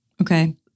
Okay